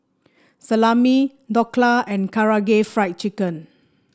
Salami Dhokla and Karaage Fried Chicken